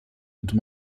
into